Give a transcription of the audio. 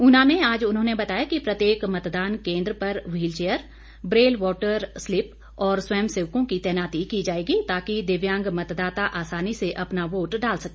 ऊना में आज उन्होंने बताया कि प्रत्येक मतदान केंद्र पर wheel chair Braille voter slip और स्वयंसेवकों की तैनाती की जाएगी ताकि दिव्यांग मतदाता आसानी से अपना वोट डाल सके